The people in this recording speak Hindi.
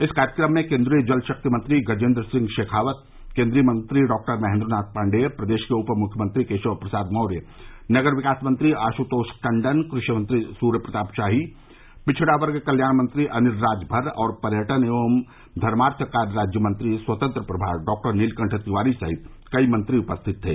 इस कार्यक्रम में केन्द्रीय जल शक्ति मंत्री गजेन्द्र सिंह शेखावत केन्द्रीय मंत्री डॉक्टर महेन्द्र नाथ पाण्डेय प्रदेश के उप मुख्यमंत्री केशव प्रसाद मौर्य नगर विकास मंत्री आश्तोष टण्डन कृषि मंत्री सूर्य प्रताप शाही पिछड़ा वर्ग कल्याण मंत्री अनिल राजभर और पर्यटन एवं धर्मार्थ कार्य राज्यमंत्री स्वतंत्र प्रभार डॉक्टर नीलकण्ड तिवारी सहित कई मंत्री उपस्थित थे